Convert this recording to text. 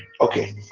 okay